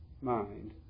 mind